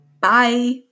Bye